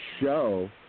show